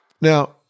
Now